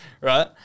Right